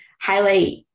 highlight